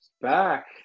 back